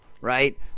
right